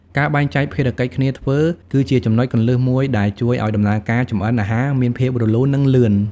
ការបែងចែកភារកិច្ចគ្នាធ្វើគឺជាចំណុចគន្លឹះមួយដែលជួយឱ្យដំណើរការចម្អិនអាហារមានភាពរលូន និងលឿន ។